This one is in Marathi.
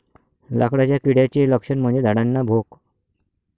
लाकडाच्या किड्याचे लक्षण म्हणजे झाडांना भोक